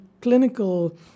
clinical